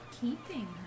Keeping